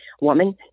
woman